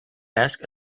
ask